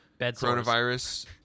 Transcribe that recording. coronavirus